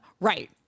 Right